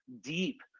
deep